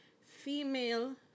Female